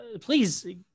please